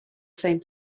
same